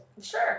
Sure